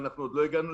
ואנחנו עוד לא הגענו,